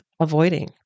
avoiding